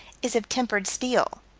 is of tempered steel.